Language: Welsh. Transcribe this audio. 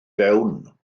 fewn